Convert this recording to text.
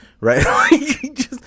right